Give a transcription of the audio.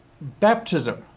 Baptism